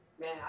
Man